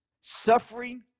suffering